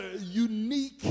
unique